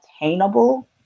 attainable